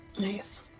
Nice